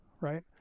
right